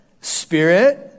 Spirit